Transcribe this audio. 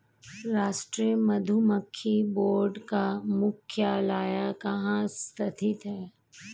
राष्ट्रीय मधुमक्खी बोर्ड का मुख्यालय कहाँ स्थित है?